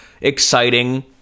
exciting